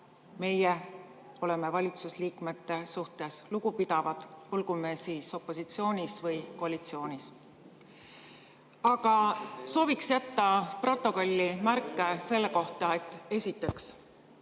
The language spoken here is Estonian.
meie oleme valitsusliikmete suhtes lugupidavad, olgu me siis opositsioonis või koalitsioonis. Aga sooviksin jätta [stenogrammi] märke selle kohta, et esiteks,